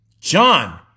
John